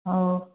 ହଉ